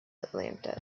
atlantis